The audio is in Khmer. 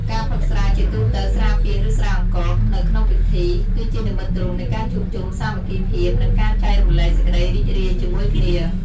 ការផឹកស្រា ជាទូទៅស្រាពាង ឬស្រាអង្ករ នៅក្នុងពិធី គឺជានិមិត្តរូបនៃការជួបជុំ សាមគ្គីភាព និងការចែករំលែកសេចក្តីរីករាយជាមួយគ្នា។